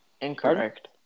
Incorrect